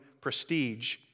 prestige